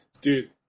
Dude